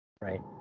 Right